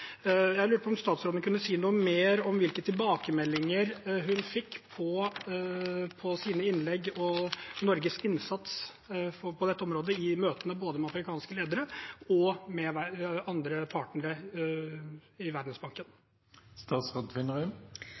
Jeg lurer på om statsråden kunne si noe mer om hvilke tilbakemeldinger hun fikk på sine innlegg og på Norges innsats på dette området i møtene, både med afrikanske ledere og med andre partnere i